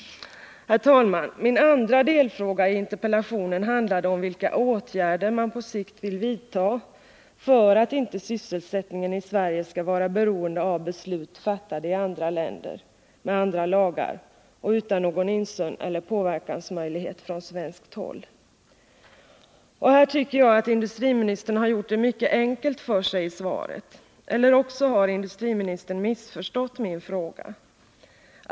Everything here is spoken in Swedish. Herr talman! Min andra delfråga i interpellationen handlade om vilka åtgärder man på sikt vill vidta för att inte sysselsättningen i Sverige skall vara beroende av beslut fattade i andra länder, med andra lagar och utan någon insyn eller påverkansmöjlighet från svenskt håll. Här tycker jag att industriministern har gjort det mycket enkelt för sig i svaret. Eller också har industriministern missförstått min fråga.